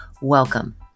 Welcome